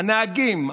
הנהגים,